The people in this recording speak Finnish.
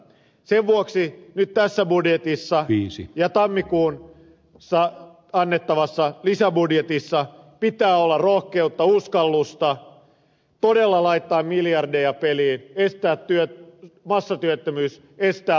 sen vuoksi nyt tässä budjetissa ja tammikuussa annettavassa lisäbudjetissa pitää olla rohkeutta ja uskallusta todella laittaa miljardeja peliin estää massatyöttömyys estää lama